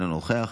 אינו נוכח,